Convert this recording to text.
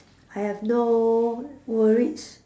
I have no worries